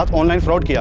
ah online fraud yeah